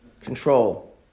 control